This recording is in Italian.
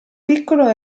piccolo